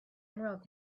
emerald